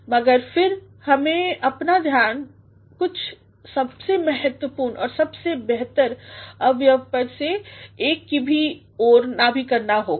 मगर फिर हमें अपना ध्यान कुछ सबसे महत्वपूर्ण और सबसेबेहतरअवयवमें से एक की ओरनाभि करना होगा